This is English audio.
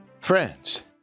Friends